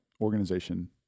organization